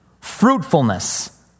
fruitfulness